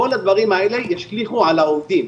כל הדברים האלה ישליכו על העובדים,